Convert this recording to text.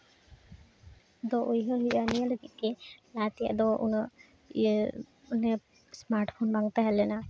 ᱫᱚ ᱩᱭᱦᱟᱹᱨ ᱦᱩᱭᱩᱜᱼᱟ ᱱᱤᱭᱟᱹ ᱞᱟᱹᱜᱤᱫ ᱜᱮ ᱞᱟᱦᱟ ᱛᱮᱭᱟᱜ ᱫᱚ ᱩᱱᱟᱹᱜ ᱤᱭᱟᱹ ᱢᱟᱱᱮ ᱮᱥᱢᱟᱴ ᱯᱷᱳᱱ ᱵᱟᱝ ᱛᱟᱦᱮᱸᱞᱮᱱᱟ